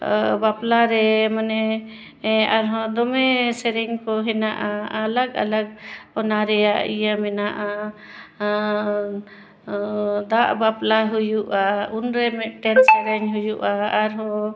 ᱵᱟᱯᱞᱟ ᱨᱮ ᱢᱟᱱᱮ ᱟᱨᱦᱚᱸ ᱫᱚᱢᱮ ᱥᱮᱨᱮᱧ ᱠᱚ ᱦᱮᱱᱟᱜᱼᱟ ᱟᱞᱟᱜ ᱟᱞᱟᱠ ᱚᱱᱟ ᱨᱮᱭᱟᱜ ᱤᱭᱟᱹ ᱢᱮᱱᱟᱜᱼᱟ ᱫᱟᱜ ᱵᱟᱯᱞᱟ ᱦᱩᱭᱩᱜᱼᱟ ᱩᱱᱨᱮ ᱢᱤᱫᱴᱮᱱ ᱥᱮᱨᱮᱧ ᱦᱩᱭᱩᱜᱼᱟ ᱟᱨᱦᱚᱸ